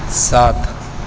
ساتھ